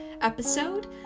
episode